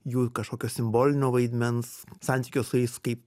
jų kažkokio simbolinio vaidmens santykio su jais kaip